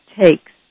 takes